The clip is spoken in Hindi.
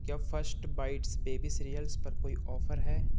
क्या फश्ट बाइट्स बेबी सीरियल्स पर कोई ऑफर है